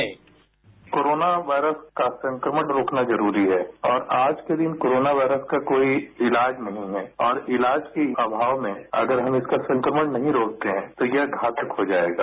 sound bite corona virus का संक्रमण रोकना जरूरी है और आज के दिन कोरोना वायरस का कोई ईलाज नहीं है और ईलाज के अभाव में अगर हम इसका संक्रमण नहीं रोकते हैं तो यह घातक हो जायेगा